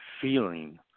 feeling